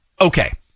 Okay